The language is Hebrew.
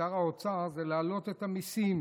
לשר האוצר זה להעלות את המיסים,